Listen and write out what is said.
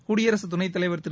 குடியரசுத் துணைத் தலைவர் திரு